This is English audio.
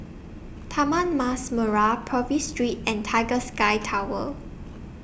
Taman Mas Merah Purvis Street and Tiger Sky Tower